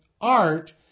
art